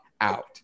out